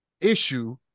issue